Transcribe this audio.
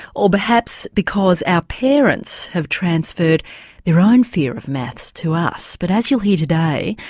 or perhaps because our parents have transferred their own fear of maths to us. but as you'll hear today,